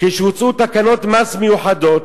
כשהוצאו תקנות מס מיוחדות,